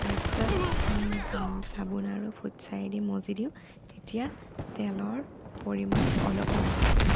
তাৰ পিছত চাবোন আৰু ফুটছাঁই দি মাজি দিওঁ তেতিয়া তেলৰ পৰিমাণ অলপো নাথাকে